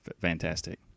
fantastic